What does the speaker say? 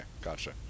gotcha